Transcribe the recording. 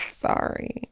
sorry